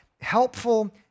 helpful